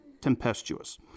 tempestuous